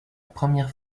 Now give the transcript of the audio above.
première